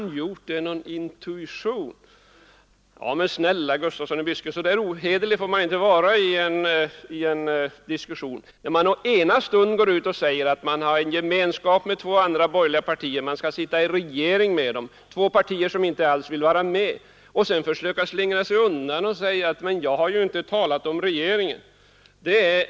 Herr Gustafsson tillade att det uttalandet skulle bero på något slags intuition hos mig! Men snälla herr Gustafsson i Byske, så ohederlig får man inte vara i en diskussion att man den ena stunden går ut och säger att man har gemenskap med två andra borgerliga partier och skall sitta i regering med dem — två partier som inte alls vill vara med om den föreslagna lösningen av den här frågan — och sedan försöker slingra sig undan och säga: Jag har inte siat om en ny regering.